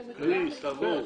תבואו.